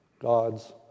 God's